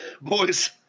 boys